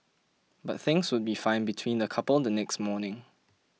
but things would be fine between the couple the next morning